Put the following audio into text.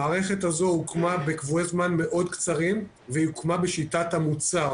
המערכת הוקמה בקבועי זמן מאוד קצרים והיא הוקמה בשיטת המוצר,